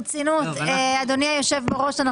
אדוני היושב ראש,